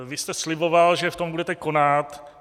Vy jste sliboval, že v tom budete konat.